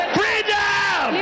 freedom